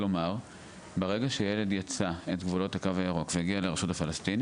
כלומר ברגע שילד יצא את גבולות הקו הירוק והגיע לרשות הפלסטיני